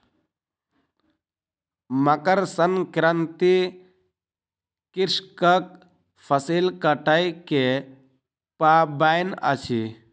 मकर संक्रांति कृषकक फसिल कटै के पाबैन अछि